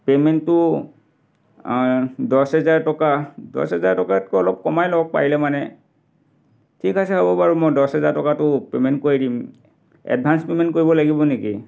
পে'মেণ্টটো দহ হাজাৰ টকা দহ হাজাৰ টকাতকৈ অলপ কমাই লওক পাৰিলে মানে ঠিক আছে হ'ব বাৰু মই দহ হাজাৰ টকাটো পে'মেণ্ট কৰি দিম এডভান্স পে'মেণ্ট কৰিব লাগিব নেকি